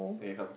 here it come